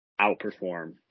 outperform